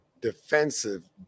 defensive